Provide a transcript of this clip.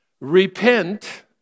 repent